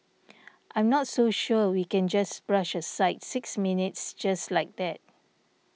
I'm not so sure we can just brush aside six minutes just like that